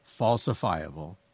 falsifiable